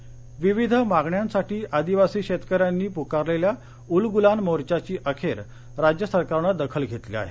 आदिवासी मोर्चा विविध मागण्यांसाठी आदिवासी शेतकऱ्यांनी पुकारलेल्या उलगुलान मोर्चाची अखेर राज्यसरकारने दखल घेतली आहे